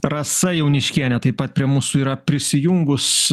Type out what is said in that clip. rasa jauniškienė taip pat prie mūsų yra prisijungus